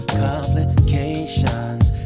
complications